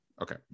okay